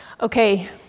okay